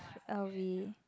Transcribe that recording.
L_V